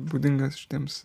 būdingas šitiems